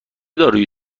دارویی